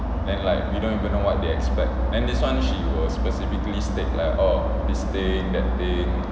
and like you don't even know what they expect then this [one] she will specifically state like oh this thing that thing